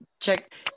check